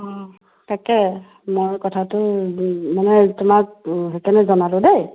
অঁ তাকে মই কথাটো মানে তোমাক সেইকাৰণে জনালোঁ দেই